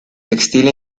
textil